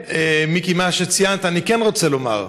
מיקי, על מה שציינת אני כן רוצה לומר: